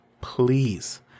please